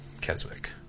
Keswick